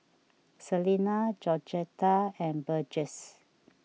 Selina Georgetta and Burgess